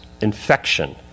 infection